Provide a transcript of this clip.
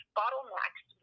bottlenecks